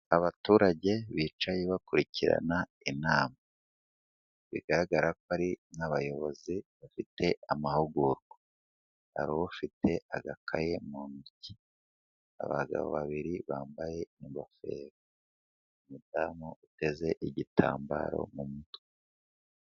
Abaturage bicaye bakurikirana inama, bigaragara ko ari nk'abayobozi bafite amahugurwa, hari ufite agakaye mu ntoki, abagabo babiri bambaye ingofero, umudamu uteze igitambaro mu mutwe,